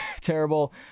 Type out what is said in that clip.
terrible